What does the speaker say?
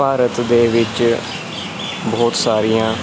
ਭਾਰਤ ਦੇ ਵਿੱਚ ਬਹੁਤ ਸਾਰੀਆਂ